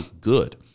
good